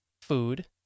Food